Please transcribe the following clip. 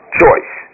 choice